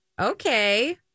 Okay